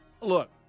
look –